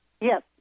Yes